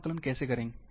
इसका आंकलन कैसे करें